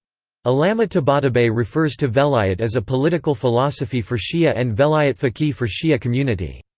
allameh tabatabei refers to velayat as a political philosophy for shia and velayat faqih for shia community.